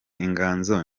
inganzo